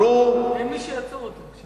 אין מי שיעצור אותו עכשיו.